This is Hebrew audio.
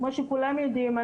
כמו שכולם יודעים,